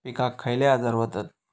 पिकांक खयले आजार व्हतत?